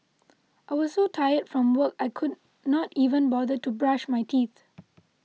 I was so tired from work I could not even bother to brush my teeth